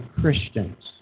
Christians